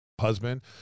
husband